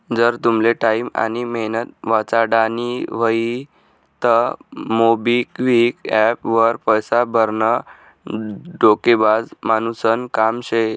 जर तुमले टाईम आनी मेहनत वाचाडानी व्हयी तं मोबिक्विक एप्प वर पैसा भरनं डोकेबाज मानुसनं काम शे